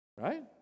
right